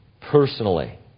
personally